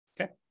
Okay